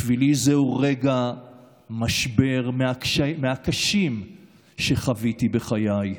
בשבילי זהו רגע משבר מהקשים שחוויתי בחיי.